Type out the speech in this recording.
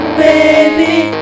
baby